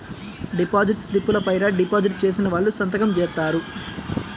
deposit స్లిపుల పైన deposit చేసిన వాళ్ళు సంతకం జేత్తారు